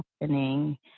happening